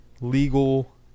legal